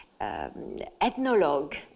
ethnologue